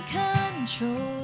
control